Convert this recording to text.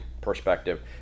perspective